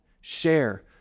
share